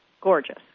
gorgeous